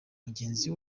mugenzi